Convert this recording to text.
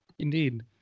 Indeed